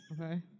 Okay